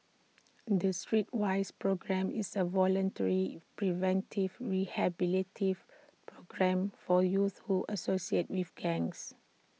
the Streetwise programme is A voluntary preventive programme for youths who associate with gangs